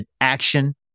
action